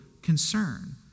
concern